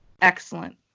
Excellent